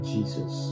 Jesus